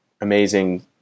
amazing